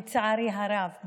לצערי הרב,